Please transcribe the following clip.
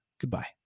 goodbye